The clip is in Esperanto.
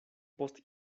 post